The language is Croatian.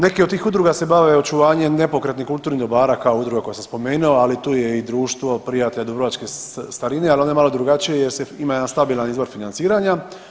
Neke od tih udruga se bave očuvanjem nepokretnih kulturnih dobara kao udruga koju sam spomenuo, ali tu je i Društvo prijatelj dubrovačke starine, ali on je malo drugačiji jer se, imam jedan stabilan izvor financiranja.